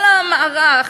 כל המערך,